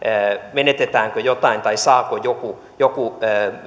menetetäänkö jotain tai saako joku joku